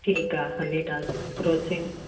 ठीकु आहे Honitus Crocin